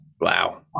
Wow